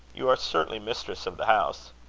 you are certainly mistress of the house.